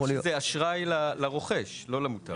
רק כשזה אשראי לרוכש; לא למוטב.